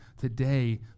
Today